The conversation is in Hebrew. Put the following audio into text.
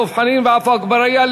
דב חנין ועפו אגבאריה,